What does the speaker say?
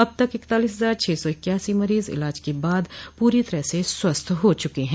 अब तक इकतालिस हजार छः सौ इक्यासी मरीज इलाज के बाद पूरी तरह से स्वस्थ हो चुके हैं